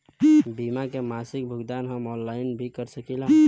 बीमा के मासिक भुगतान हम ऑनलाइन भी कर सकीला?